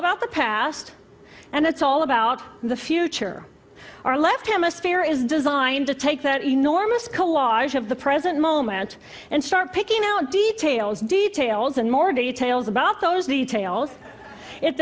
about the past and it's all about the future our left hemisphere is designed to take that enormous collage of the present moment and start picking out details details and more details about those details i